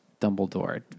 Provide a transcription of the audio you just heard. Dumbledore